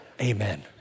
Amen